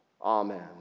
Amen